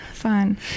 Fun